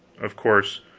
of course,